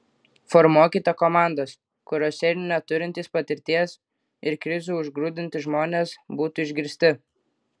formuokite komandas kuriose ir neturintys patirties ir krizių užgrūdinti žmonės būtų išgirsti